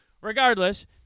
regardless